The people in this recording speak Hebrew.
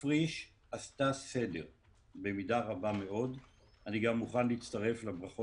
פלורליזם דתי --- את אומרת שצריך לקבוע